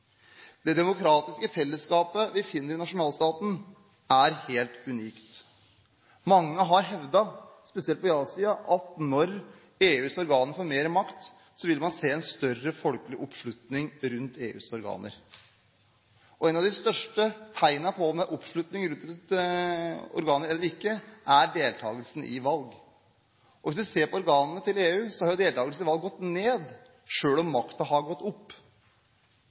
Det demokratiske fellesskapet som vi finner i nasjonalstaten, er helt unikt. Mange har hevdet, spesielt på ja-siden, at når EUs organer får mer makt, vil man se en større folkelig oppslutning rundt EUs organer. Et av de største tegnene på om det er oppslutning rundt et organ eller ikke, er deltakelsen i valg. Hvis vi ser på organene til EU, har jo deltakelsen i valg gått ned, selv om makten har gått opp